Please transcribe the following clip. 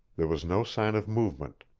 there was no sign of movement.